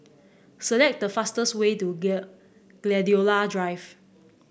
select the fastest way to Gladiola Drive